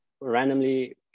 randomly